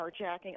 carjacking